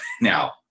now